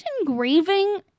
engraving